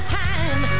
time